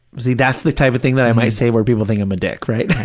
see, that's the type of thing that i might say where people think i'm a dick, right?